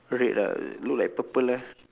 red ah look like purple leh